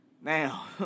Now